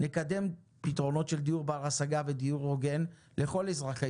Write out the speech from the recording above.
נקדם פתרונות של דיור בר השגה ודיור הוגן לכל אזרחי